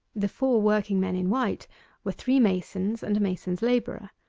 the four working-men in white were three masons and a mason's labourer.